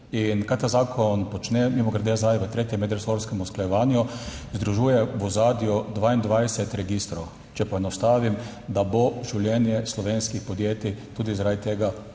Kaj ta zakon počne? Mimogrede, zdaj v tretjem medresorskem usklajevanju združuje v ozadju 22 registrov. Če poenostavim, da bo življenje slovenskih podjetij tudi zaradi tega lažje